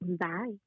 Bye